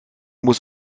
muss